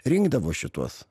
rinkdavo šituos